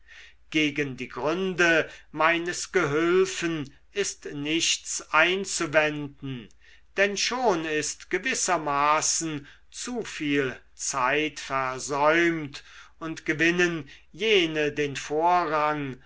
gegen die gründe meines gehülfen ist nichts einzuwenden denn schon ist gewissermaßen zu viel zeit versäumt und gewinnen jene den vorrang